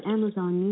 Amazon